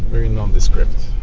very nondescript